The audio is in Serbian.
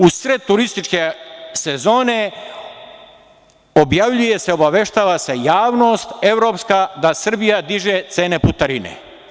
U sred turističke sezone objavljuje se, obaveštava se javnost evropska da Srbija diže cene putarine.